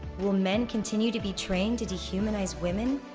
will men continue to be trained to dehumanize women?